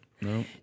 No